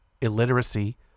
illiteracy